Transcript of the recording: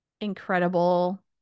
incredible